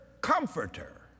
comforter